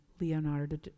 Leonardo